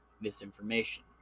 misinformation